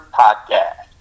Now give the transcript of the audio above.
podcast